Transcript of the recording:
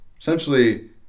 essentially